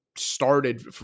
started